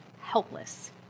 helpless